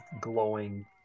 glowing